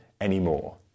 anymore